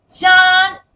John